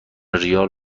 ریال